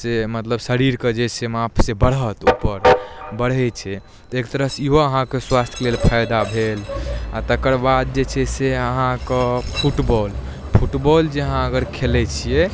से मतलब शरीरके जे छै माप से बढ़त उपर बढ़ै छै तऽ एक तरहसँ ईहो अहाँके स्वास्थके लेल फायदा भेल आओर तकरबाद जे छै से अहाँके फुटबॉल फुटबॉल जे अहाँ अगर खेलै छियै